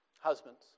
Husbands